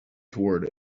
toward